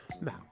Now